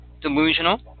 Delusional